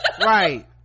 Right